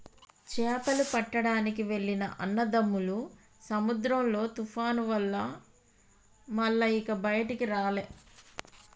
చేపలు పట్టడానికి వెళ్లిన అన్నదమ్ములు సముద్రంలో తుఫాను వల్ల మల్ల ఇక బయటికి రాలే